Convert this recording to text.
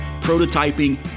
prototyping